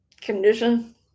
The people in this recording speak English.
condition